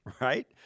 right